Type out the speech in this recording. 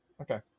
okay